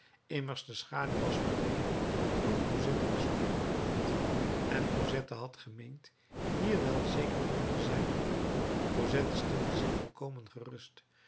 immers de schaduw was verdwenen toen cosette was omgekeerd en cosette had gemeend hier wel zeker van te zijn cosette stelde zich volkomen gerust